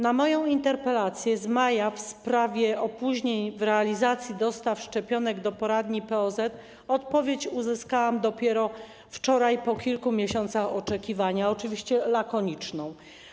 Na moją interpelację z maja w sprawie opóźnień w realizacji dostaw szczepionek do poradni POZ odpowiedź uzyskałam dopiero wczoraj, po kilku miesiącach oczekiwania, oczywiście lakoniczną.